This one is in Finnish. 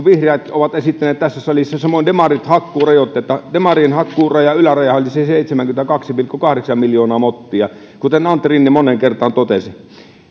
vihreät ovat sitä esittäneet tässä salissa samoin demarit uudesta hakkuurajoitteesta demarien hakkuurajan ylärajahan olisi seitsemänkymmentäkaksi pilkku kahdeksan miljoonaa mottia kuten antti rinne moneen kertaan totesi